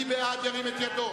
מי בעד, ירים את ידו.